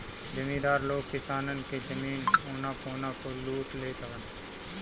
जमीदार लोग किसानन के जमीन औना पौना पअ लूट लेत हवन